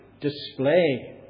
display